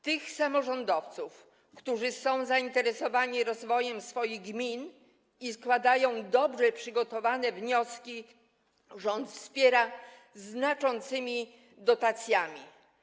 Tych samorządowców, którzy są zainteresowani rozwojem swoich gmin i składają dobrze przygotowane wnioski, rząd wspiera znaczącymi dotacjami.